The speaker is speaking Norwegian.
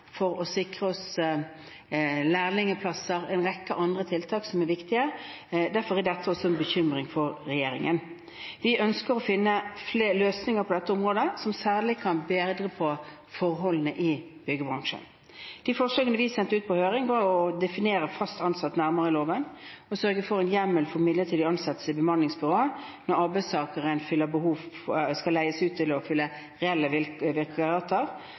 for å sikre oss lærlingplasser og en rekke andre tiltak som er viktige. Derfor er dette også en bekymring for regjeringen. Vi ønsker å finne løsninger på dette området som særlig kan forbedre forholdene i byggebransjen. De forslagene vi sendte ut på høring, var å definere «fast ansettelse» nærmere i loven og sørge for en hjemmel for midlertidig ansettelse i bemanningsbyråer når arbeidstakeren skal leies ut til å fylle reelle